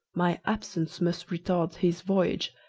my absence must retard his voyage,